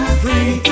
free